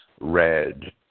red